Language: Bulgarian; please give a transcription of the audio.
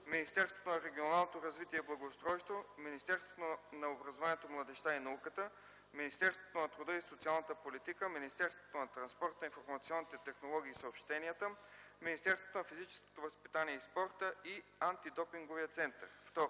Министерството на регионалното развитие и благоустройството, Министерството на образованието, младежта и науката, Министерството на труда и социалната политика, Министерството на транспорта, информационните технологии и съобщенията, Министерството на физическото възпитание и спорта и Антидопинговия център.” 2.